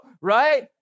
right